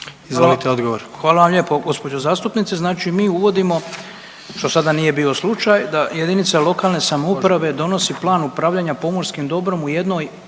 Oleg (HDZ)** Hvala vam lijepo gđo. zastupnice. Znači mi uvodimo, što sada nije bio slučaj, da JLS donosi plan upravljanja pomorskim dobrom u jednoj